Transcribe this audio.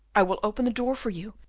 i will open the door for you!